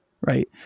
right